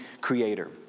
creator